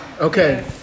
Okay